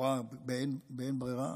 ולכאורה באין ברירה?